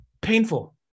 Painful